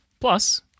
Plus